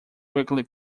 quickly